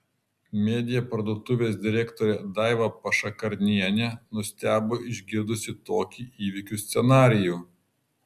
media parduotuvės direktorė daiva pašakarnienė nustebo išgirdusi tokį įvykių scenarijų